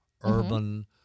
urban